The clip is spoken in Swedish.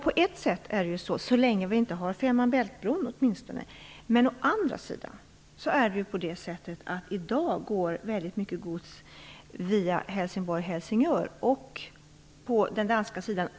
På ett sätt är det så, åtminstone så länge vi inte har Fehmarn-Bält-bron. Men å andra sidan går i dag väldigt mycket gods via Helsingborg-Helsingör och genom Köpenhamn på den danska sidan.